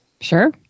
Sure